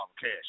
Cash